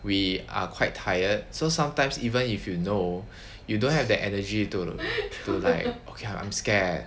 we are quite tired so sometimes even if you know you don't have the energy to to like okay I'm scared